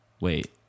Wait